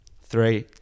Three